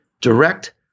direct